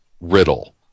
Riddle